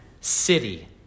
city